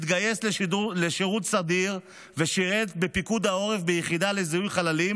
התגייס לשירות סדיר ושירת בפיקוד העורף ביחידה לזיהוי חללים,